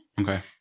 Okay